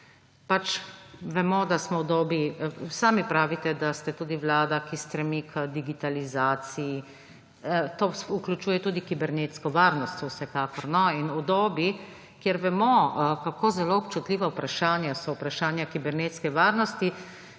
kakšna je razlika. Tudi sami pravite, da ste vlada, ki stremi k digitalizaciji, kar vključuje tudi kibernetsko varnost, vsekakor. No in v dobi, kjer vemo, kako zelo občutljiva vprašanja so vprašanja kibernetske varnosti,